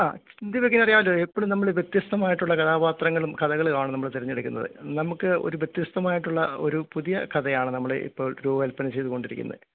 ആ നീനക്ക് ഇതൊക്കറിയാല്ലോ എപ്പോഴും നമ്മൾ വ്യത്യസ്തമായിട്ടുള്ള കഥാപാത്രങ്ങളും കഥകളുമാണ് നമ്മൾ തിരഞ്ഞെടുക്കുന്നത് നമുക്ക് ഒരു വ്യത്യസ്തമായിട്ടുള്ള ഒരു പുതിയ കഥയാണ് നമ്മൾ ഇപ്പോൾ രൂപകൽപ്പന ചെയ്ത് കൊണ്ടിരിക്കുന്നത്